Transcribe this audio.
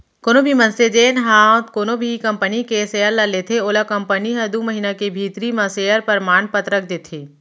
कोनो भी मनसे जेन ह कोनो भी कंपनी के सेयर ल लेथे ओला कंपनी ह दू महिना के भीतरी म सेयर परमान पतरक देथे